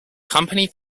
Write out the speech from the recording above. company